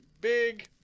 Big